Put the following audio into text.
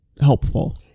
helpful